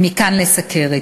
ומכאן לסוכרת.